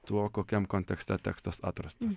tuo kokiam kontekste tekstas atrastas